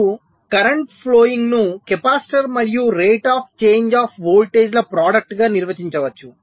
మీరు current flowing ను capacitor మరియు rate of change of voltage ల ప్రాడక్టు గా నిర్వచించవచ్చు